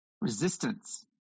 resistance